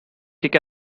kick